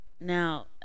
Now